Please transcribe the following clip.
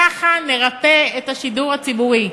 ככה נרפא את השידור הציבורי,